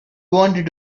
wanted